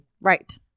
Right